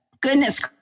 goodness